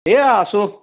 এইয়া আছোঁ